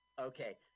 Okay